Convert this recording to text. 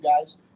guys